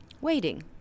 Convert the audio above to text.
waiting